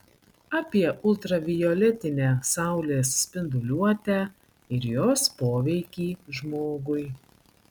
apie ultravioletinę saulės spinduliuotę ir jos poveikį žmogui